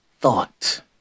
thought